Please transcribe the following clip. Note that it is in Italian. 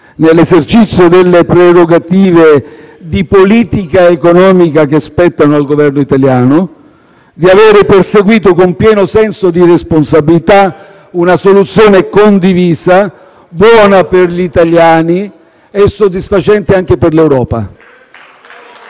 nell'esercizio delle prerogative di politica economica che spettano al Governo italiano, di avere perseguito con pieno senso di responsabilità una soluzione condivisa, buona per gli italiani e soddisfacente anche per l'Europa